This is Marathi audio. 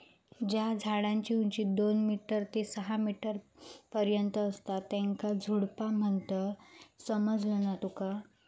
ज्या झाडांची उंची दोन मीटर ते सहा मीटर पर्यंत असता त्येंका झुडपा म्हणतत, समझला ना तुका?